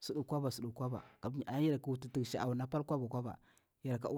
sud kwaba sud kwaɓa, kamnya ayaru yarki wut tiksha cuna pal kwaba kwaba.